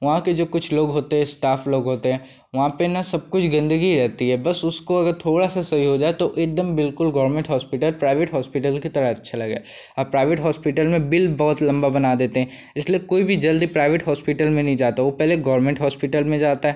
वहाँ के जो कुछ लोग होते हैं स्टाफ लोग होते हैं वहाँ पर ना सब कुछ गंदगी ही रहती है बस उसको अगर थोड़ा सा सही हो जाए तो एक दम बिल्कुल गोरमेंट होस्पिटल प्राइवेट हॉस्पिटल की तरह अच्छा लगेगा और प्राइवेट होस्पिटल में बिल बहुत लम्बी बना देते हैं इसलिए कोई भी जल्दी प्राइवेट होस्पिटल में नहीं जाता वे पहले गोरमेंट होस्पिटल में जाता है